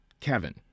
Kevin